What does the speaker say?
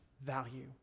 value